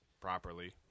properly